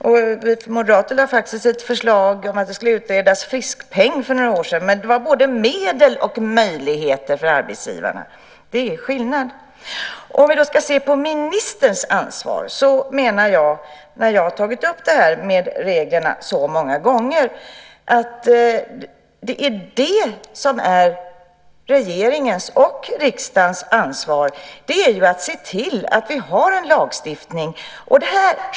Vi moderater lade fram ett förslag om att man skulle utreda friskpeng för några år sedan. Men då var det både medel och möjligheter för arbetsgivarna. Det är skillnad! Jag har tagit upp det här med reglerna så många gånger. Om vi ska se på ministerns ansvar så menar jag att det är regeringens och riksdagens ansvar att se till att vi har en lagstiftning.